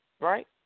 right